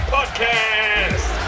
Podcast